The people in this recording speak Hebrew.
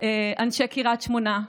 אנשי קריית שמונה,